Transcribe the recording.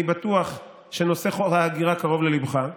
אני בטוח שנושא חוק ההגירה קרוב לליבך,